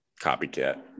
Copycat